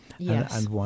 Yes